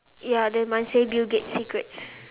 ya then mine say bill-gates secrets